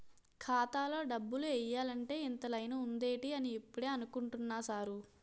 ఖాతాలో డబ్బులు ఎయ్యాలంటే ఇంత లైను ఉందేటి అని ఇప్పుడే అనుకుంటున్నా సారు